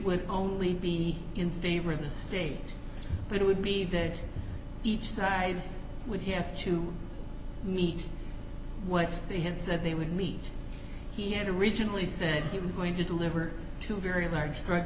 would only be in favor of the state it would be that each side would have to meet what the hints that they would meet he had originally said he was going to deliver to very large drug